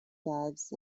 dives